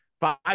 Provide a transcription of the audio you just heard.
five